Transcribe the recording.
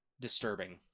disturbing